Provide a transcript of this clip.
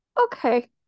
okay